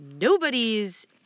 nobody's